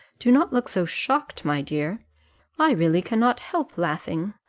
do not look so shocked, my dear i really cannot help laughing.